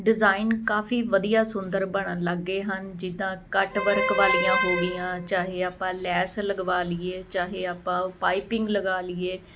design ਕਾਫੀ ਵਧੀਆ ਸੁੰਦਰ ਬਣਨ ਲੱਗ ਗਏ ਹਨ ਜਿੱਦਾਂ ਕੱਟ ਵਰਕ ਵਾਲੀਆਂ ਹੋ ਗਈਆਂ ਚਾਹੇ ਆਪਾਂ ਲੈਸ ਲਗਵਾ ਲਈਏ ਚਾਹੇ ਆਪਾਂ ਪਾਈਪਿੰਗ ਲਗਾ ਲਈਏ